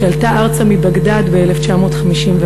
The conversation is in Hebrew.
שעלתה ארצה מבגדד ב-1951.